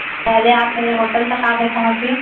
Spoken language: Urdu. پہلے آپ میرے ہوٹل تک آ کے پہنچے